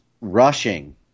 rushing